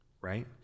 right